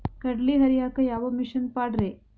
ಕಡ್ಲಿ ಹರಿಯಾಕ ಯಾವ ಮಿಷನ್ ಪಾಡ್ರೇ?